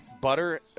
butter